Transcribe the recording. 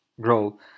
grow